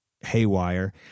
haywire